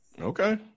Okay